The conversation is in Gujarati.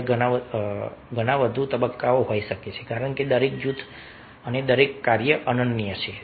ત્યાં ઘણા વધુ તબક્કાઓ હોઈ શકે છે કારણ કે દરેક જૂથ અને દરેક કાર્ય અનન્ય છે